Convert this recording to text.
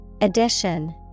Addition